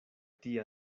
tia